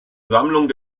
sammlung